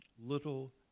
little